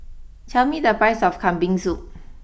tell me the price of Kambing Soup